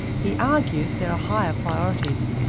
he argues there are higher priorities,